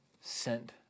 sent